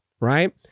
right